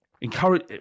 encourage